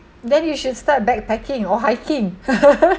then you should start backpacking or hiking